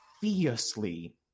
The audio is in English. fiercely